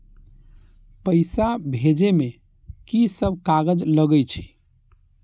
पैसा भेजे में की सब कागज लगे छै?